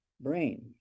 brain